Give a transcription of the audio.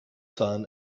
son